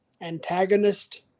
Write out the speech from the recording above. antagonist